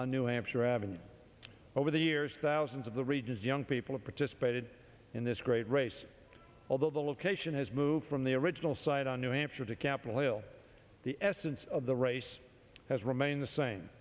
on new hampshire ave over the years thousands of the region's young people participated in this great race although the location has moved from the original site on new hampshire to capitol hill the essence of the race has remained the same